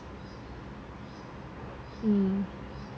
mm